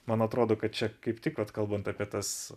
man atrodo kad čia kaip tik vat kalbant apie tas